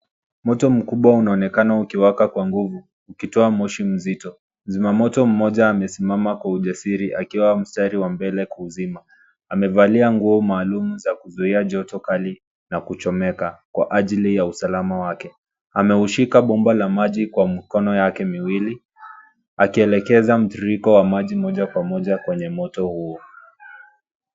Moto mkubwa unaonekana ukiwaka kwa nguvu, ukitoa moshi mzito. Zima moto mmoja amesimama kwa ujasiri akiwa mstari wa mbele kuuzima. Amevalia nguo maalumu za kuzuia joto kali na kuchomeka, kwa ajili ya usalama wake. Ameuishika bomba la maji kwa mkono yake miwili, akielekeza mtiririko wa maji moja kwa moja kwenye moto huo.